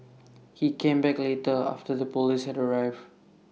he came back later after the Police had arrived